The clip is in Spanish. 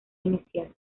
inicial